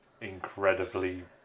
incredibly